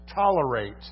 tolerate